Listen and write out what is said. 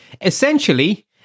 essentially